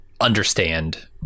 understand